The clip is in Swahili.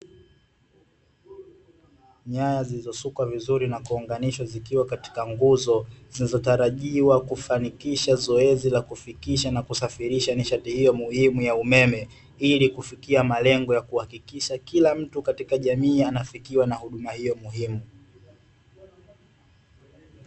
Nyaya zilizosukwa vizuri na kuunganishwa, zikiwa katika nguzo zinazotarajiwa kufanikisha zoezi la kufikisha na kusafirisha nishati hiyo ya muhimu ya umeme ili kufikia malengo ya kuhakikisha kila mtu katika jamii anafikiwa na huduma hiyo muhimu.